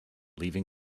leaving